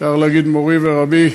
אפשר להגיד מורי ורבי,